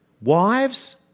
Wives